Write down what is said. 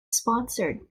sponsored